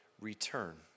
return